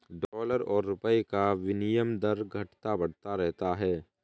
dollar और रूपए का विनियम दर घटता बढ़ता रहता है